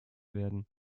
werden